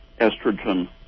estrogen